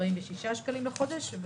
ב-246 שקלים לחודש,